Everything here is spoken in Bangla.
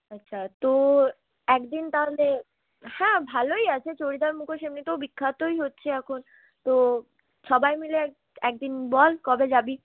আচ্ছা তো একদিন তাহলে হ্যাঁ ভালোই আছে চরিদার মুখোশ এমনিতে বিখ্যাতই হচ্ছে এখন তো সবাই মিলে একদিন বল কবে যাবি